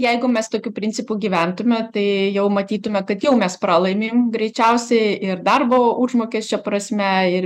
jeigu mes tokiu principu gyventume tai jau matytume kad jau mes pralaimim greičiausiai ir darbo užmokesčio prasme ir